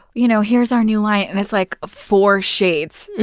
you know here's our new line, and it's, like, four shades.